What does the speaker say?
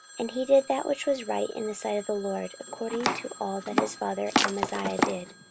and he did that which was right in the sight of the lord, according to all that his father amaziah did.